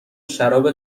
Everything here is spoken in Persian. شراب